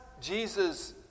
Jesus